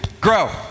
grow